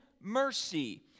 mercy